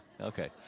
Okay